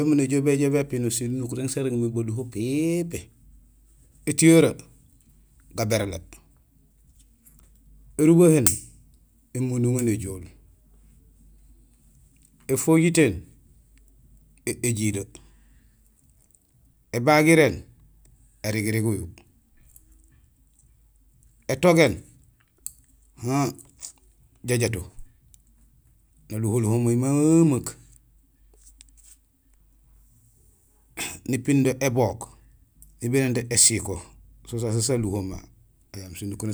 Injé umu néjool béjoow bépinul sinukuréén sa régmé baluho pépé: étiyoree gaberlé, érubahéén émunduŋo néjool, éfojitéén éjilee, ébagiréén érigirig uyu, étogéén han jajato; naluho luho may memeek, nipiin do ébook, nibénéén do ésiko; so sasé saluhomé.